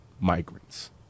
migrants